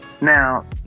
Now